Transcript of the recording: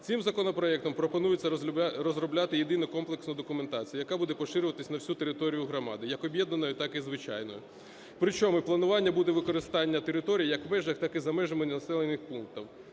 Цим законопроектом пропонується розробляти єдину, комплексну документацію, яка буде поширюватися на всю територію громади, як об'єднаної, так і звичайної, причому і планування буде використання території як в межах, так і за межами населених пунктів.